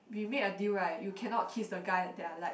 we made a deal right you cannot kiss the guy that that I like